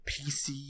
PC